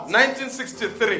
1963